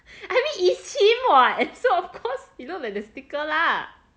I mean it's him what so of course he look like the sticker lah